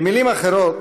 ובמילים אחרות,